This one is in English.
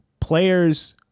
players